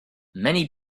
many